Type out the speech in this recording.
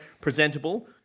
Presentable